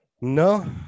No